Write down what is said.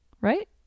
Right